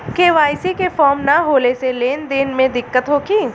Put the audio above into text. KYC के form न होले से लेन देन में दिक्कत होखी?